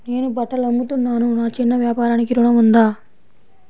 నేను బట్టలు అమ్ముతున్నాను, నా చిన్న వ్యాపారానికి ఋణం ఉందా?